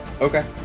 Okay